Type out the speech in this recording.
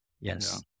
Yes